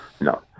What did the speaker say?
no